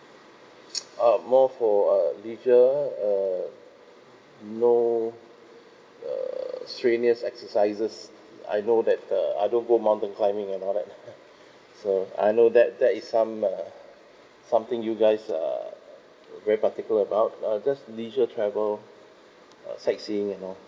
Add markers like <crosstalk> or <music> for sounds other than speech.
<noise> oh more for uh leisure err no err strenuous exercises I know that uh I don't go mountain climbing and all that <laughs> so I know that there is some uh something you guys are very particular about err just leisure travel uh sightseeing and all